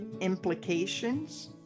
implications